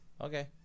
Okay